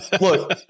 Look